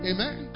Amen